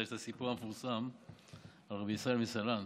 יש סיפור מפורסם על רבי ישראל מסלנט,